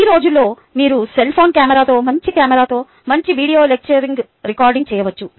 ఈ రోజుల్లో మీరు సెల్ ఫోన్ కెమెరాతో మంచి కెమెరాతో మంచి వీడియో లెక్చరింగ్ రికార్డింగ్ చేయవచ్చు